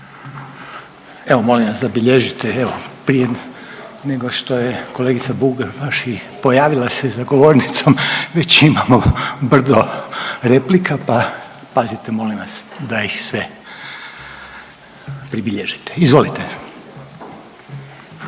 Evo, molim vas, zabilježite, evo, prije nego što je kolegica Bubaš i pojavila se za govornicom, već imamo brdo replika pa pazite, molim vas da ih sve pribilježite. Izvolite.